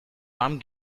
warm